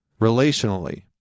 relationally